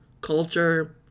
culture